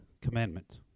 commandment